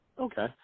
Okay